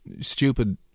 stupid